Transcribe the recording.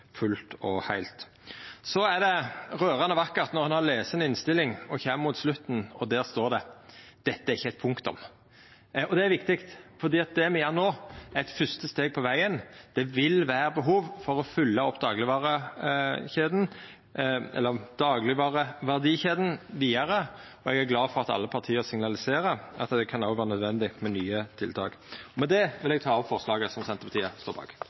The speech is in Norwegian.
fullt og heilt. Så er det rørande vakkert når ein har lese ei innstilling og kjem mot slutten og det står at dette ikkje er eit punktum. Det er viktig, for det me gjer no, er eit fyrste steg på vegen. Det vil vera behov for å fylgja opp daglegvareverdikjeda vidare, og eg er glad for at alle partia signaliserer at det òg kan vera nødvendig med nye tiltak. Med det vil eg ta opp forslaget som Senterpartiet står bak